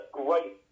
great